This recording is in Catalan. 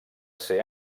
ser